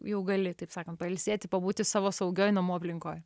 jau gali taip sakant pailsėti pabūti savo saugioj namų aplinkoj